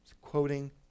quoting